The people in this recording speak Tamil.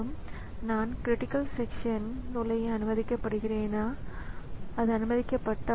எனவே நான் சொன்னது போல இந்த மெமரி சிப்பும் இருக்கிறது இப்போது நினைவக இடங்கள் அணுகப் படவேண்டும்